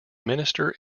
minister